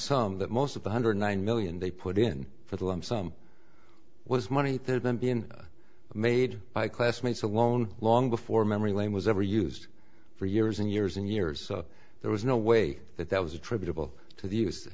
sum that most of the hundred nine million they put in for the lump sum was money that had been been made by classmates alone long before memory lane was ever used for years and years and years there was no way that that was attributable to